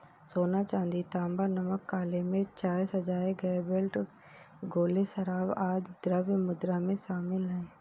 सोना, चांदी, तांबा, नमक, काली मिर्च, चाय, सजाए गए बेल्ट, गोले, शराब, आदि द्रव्य मुद्रा में शामिल हैं